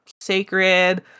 sacred